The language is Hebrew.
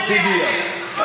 באמת, עם כל הכבוד.